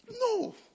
No